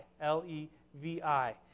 L-E-V-I